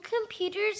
computers